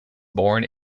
born